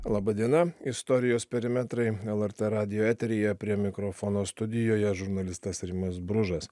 laba diena istorijos perimetrai lrt radijo eteryje prie mikrofono studijoje žurnalistas rimas bružas